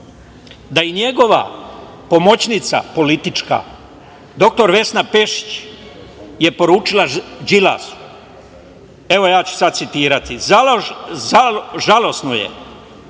da i njegova pomoćnika politička, dr Vesna Pešić, je poručila Đilasu. Ja ću sada citirati: „Žalosno je